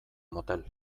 motel